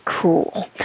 cool